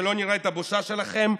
שלא נראה את הבושה שלכם,